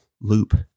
loop